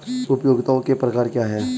उपयोगिताओं के प्रकार क्या हैं?